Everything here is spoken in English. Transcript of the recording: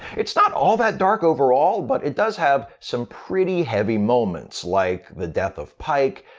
it's not all that dark overall, but it does have some pretty heavy moments, like the death of pike,